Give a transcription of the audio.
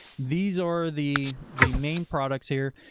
these are the, the main products here,